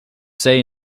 say